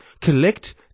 collect